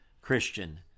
Christian